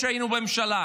כשהיינו בממשלה.